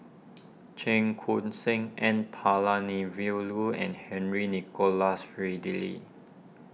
Cheong Koon Seng N Palanivelu and Henry Nicholas Ridley